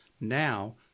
now